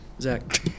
Zach